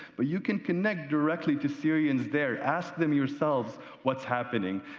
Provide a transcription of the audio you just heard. but you can connect directly to syrians there. ask them yourselves what is happening.